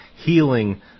healing